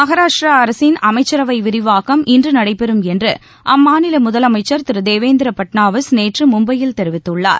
மகாராஷ்டிரா அமைச்சரவை விரிவாக்கம் இன்று நடைபெறும் என்று அம்மாநில முதலமைச்சர் திரு தேவேந்திர பட்னாவிஸ் நேற்று மும்பையில் தெரிவித்துள்ளார்